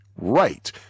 Right